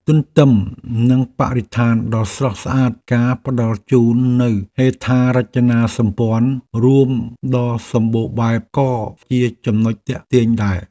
ទន្ទឹមនឹងបរិស្ថានដ៏ស្រស់ស្អាតការផ្តល់ជូននូវហេដ្ឋារចនាសម្ព័ន្ធរួមដ៏សម្បូរបែបក៏ជាចំណុចទាក់ទាញដែរ។